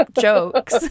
jokes